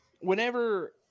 whenever